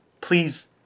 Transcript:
Please